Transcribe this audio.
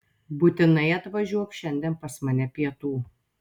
būtinai atvažiuok šiandien pas mane pietų